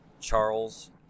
Charles